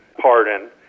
pardon